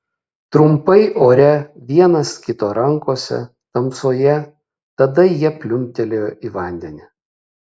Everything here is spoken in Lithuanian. trumpai ore vienas kito rankose tamsoje tada jie pliumptelėjo į vandenį